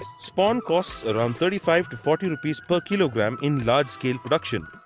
spawn costs around thirty five to forty rupees per kilogram in large-scale production.